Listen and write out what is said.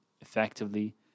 effectively